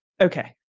Okay